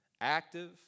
Active